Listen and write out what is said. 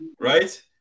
right